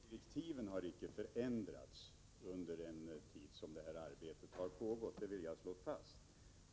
Herr talman! Direktiven har icke förändrats under den tid som detta arbete har pågått. Det vill jag slå fast.